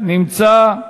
נמצא.